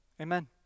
amen